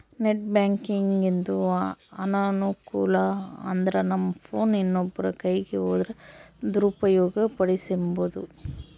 net ಬ್ಯಾಂಕಿಂಗಿಂದು ಅನಾನುಕೂಲ ಅಂದ್ರನಮ್ ಫೋನ್ ಇನ್ನೊಬ್ರ ಕೈಯಿಗ್ ಹೋದ್ರ ದುರುಪಯೋಗ ಪಡಿಸೆಂಬೋದು